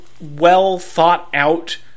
well-thought-out